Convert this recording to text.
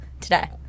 today